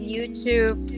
YouTube